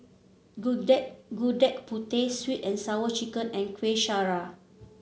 gudeg Gudeg Putih sweet and Sour Chicken and Kueh Syara